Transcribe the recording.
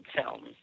films